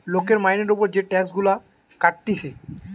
লোকের মাইনের উপর যে টাক্স গুলা কাটতিছে